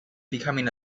becoming